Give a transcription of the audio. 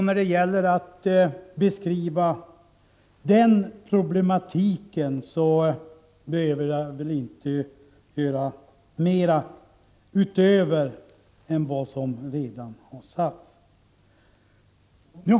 När det gäller att beskriva den problematiken behöver jag inte säga mer än vad som redan har sagts.